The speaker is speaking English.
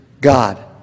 God